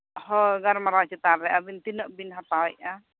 ᱦᱳᱭ ᱜᱟᱞᱢᱟᱨᱟᱣ ᱪᱮᱛᱟᱱ ᱨᱮ ᱟᱹᱵᱤᱱ ᱛᱤᱱᱟᱹᱜ ᱵᱤᱱ ᱦᱟᱛᱟᱣᱮᱫᱼᱟ